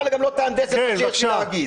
אתה גם לא תהנדס את מה שיש לי להגיד.